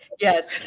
yes